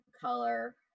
color